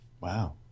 Wow